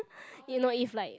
you know if like